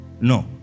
No